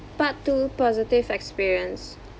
part two positive experience